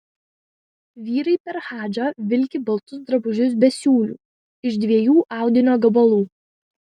vyrai per hadžą vilki baltus drabužius be siūlių iš dviejų audinio gabalų